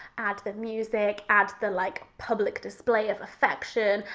add the music, add the like, public display of affection,